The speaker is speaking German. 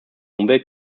umwelt